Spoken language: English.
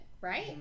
right